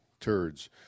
turds